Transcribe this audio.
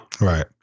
Right